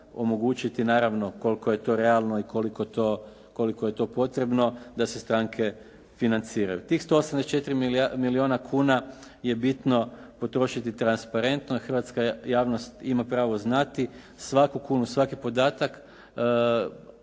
omogućiti. Naravno koliko je to realno i koliko je to potrebno, da se stranke financiraju. Tih 184 milijona kuna je bitno potrošiti transparentno, hrvatska javnost ima pravo znati, svaku kunu, svaki podatak